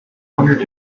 wondered